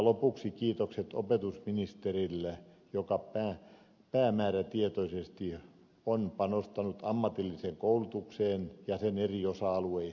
lopuksi kiitokset opetusministerille joka päämäärätietoisesti on panostanut ammatilliseen koulutukseen ja sen eri osa alueisiin